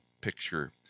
picture